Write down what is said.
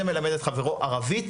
זה מלמד את חברו ערבית,